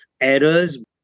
errors